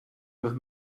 with